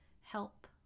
help